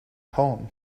kong